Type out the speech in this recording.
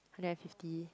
hundred and fifty